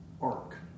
arc